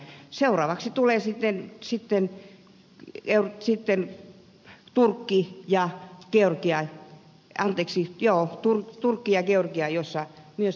seuraavaksi tulevat sitten turkki ja georgia joissa myös toimittajien henki on vaarassa